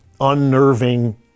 unnerving